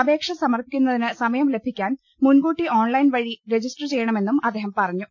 അപേക്ഷ സമർപ്പിക്കുന്നതിന് സമയം ലഭിക്കാൻ മുൻകൂട്ടി ഓൺലൈൻ വഴി രജിസ്റ്റർ ചെയ്യണമെന്നും അദ്ദേഹം പറഞ്ഞു